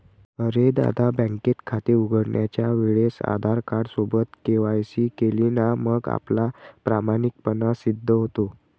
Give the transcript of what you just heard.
अरे दादा, बँकेत खाते उघडण्याच्या वेळेस आधार कार्ड सोबत के.वाय.सी केली ना मग आपला प्रामाणिकपणा सिद्ध होतो